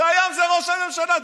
והיום זה ראש הממשלה,